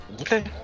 okay